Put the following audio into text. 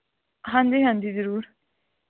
ਹਾਂਜੀ ਹਾਂਜੀ ਜ਼ਰੂਰ